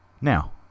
Now